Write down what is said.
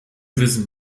wissen